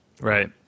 Right